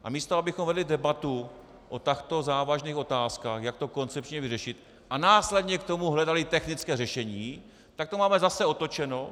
A místo abychom vedli debatu o takto závažných otázkách, jak to koncepčně vyřešit, a následně k tomu hledali technické řešení, tak to máme zase otočeno.